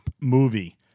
movie